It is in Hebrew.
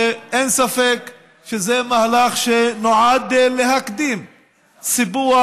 ואין ספק שזה מהלך שנועד להקדים סיפוח,